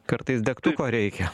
kartais degtuko reikia